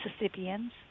Mississippians